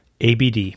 ABD